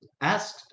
asked